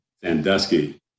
sandusky